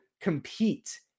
compete